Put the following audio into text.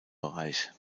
bereich